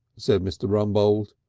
said mr. rumbold.